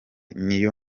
niyo